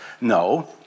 No